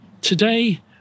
Today